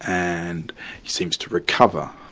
and seems to recover